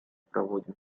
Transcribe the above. проводим